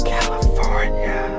California